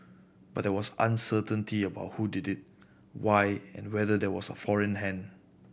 but there was uncertainty about who did it why and whether there was a foreign hand